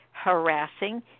harassing